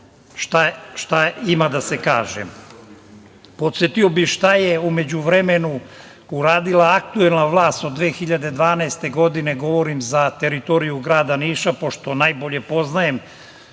šta ima da se kaže. Podsetio bih šta je u međuvremenu uradila aktuelna vlast od 2012. godine, govorim za teritoriju grada Niša, pošto najbolje poznajem